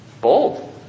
bold